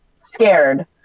scared